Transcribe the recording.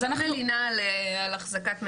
אני לא מלינה על החזקת מידע,